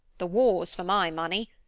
the wars for my money.